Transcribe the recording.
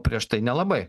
prieš tai nelabai